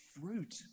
fruit